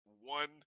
one